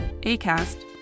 Acast